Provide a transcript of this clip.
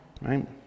right